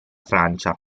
francia